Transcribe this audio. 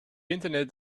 internet